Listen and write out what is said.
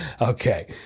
Okay